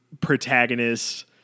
protagonists